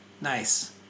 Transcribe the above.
Nice